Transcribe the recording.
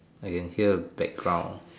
I can hear the background